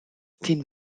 teen